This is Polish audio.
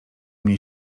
mnie